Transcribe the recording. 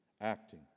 acting